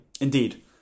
Indeed